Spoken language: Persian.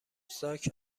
زاک